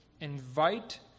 invite